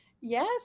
Yes